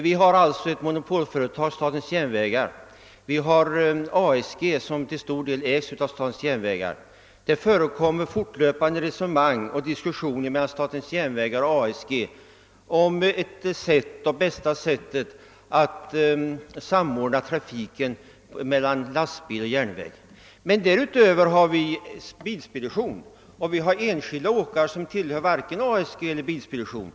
Vi har ju ett monopolföretag, statens järnvägar, och vi har ASG, som till stor del ägs av statens järnvägar. Det förs fortlöpande resonemang och diskussioner mellan statens järnvägar och ASG om bästa sättet att samordna trafiken mellan lastbil och järnväg. Men därutöver har vi Bilspedition och vi har enskilda åkare, som varken tillhör ASG eller Bilspedition.